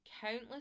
countless